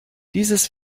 dieses